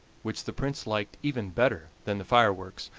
which the prince liked even better than the fireworks,